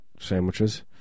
Sandwiches